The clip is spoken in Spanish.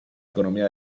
economía